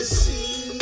see